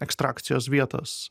ekstrakcijos vietos